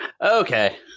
Okay